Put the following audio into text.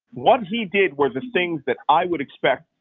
what he did were the things that i would expect,